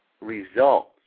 results